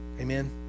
Amen